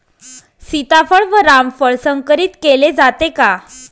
सीताफळ व रामफळ संकरित केले जाते का?